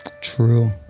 True